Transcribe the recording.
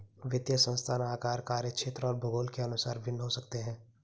वित्तीय संस्थान आकार, कार्यक्षेत्र और भूगोल के अनुसार भिन्न हो सकते हैं